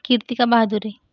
Kirtika Bahadure